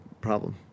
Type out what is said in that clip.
problem